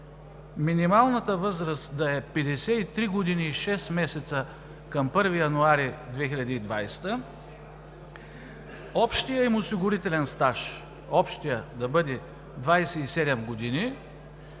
минималната възраст да е 53 години и шест месеца към 1 януари 2020 г., общият им осигурителен стаж да бъде 27 години